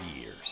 years